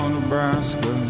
Nebraska